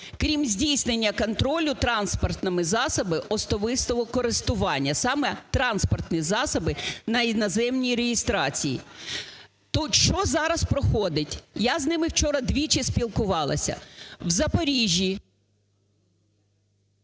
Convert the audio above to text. "крім здійснення контролю транспортних засобів особистого користування". Саме транспортні засобі на іноземній реєстрації. То що зараз проходить? Я з ними вчора двічі спілкувалась. В Запоріжжі…